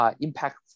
Impact